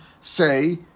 say